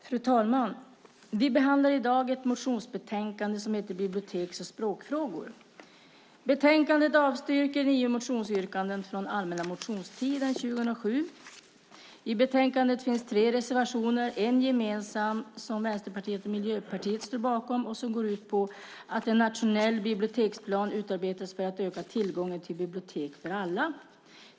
Fru talman! Vi behandlar i dag ett motionsbetänkande som heter Biblioteks och språkfrågor . Betänkandet avstyrker nio motionsyrkanden från allmänna motionstiden 2007. I betänkandet finns tre reservationer. En gemensam reservation, som Vänsterpartiet och Miljöpartiet står bakom, går ut på att en nationell biblioteksplan utarbetas för att öka tillgången till bibliotek för alla.